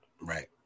Right